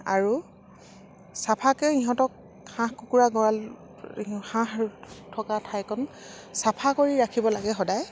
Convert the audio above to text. আৰু চাফাকৈ সিহঁতক হাঁহ কুকুৰা গঁৰাল হাঁহ থকা ঠাইকণ চাফা কৰি ৰাখিব লাগে সদায়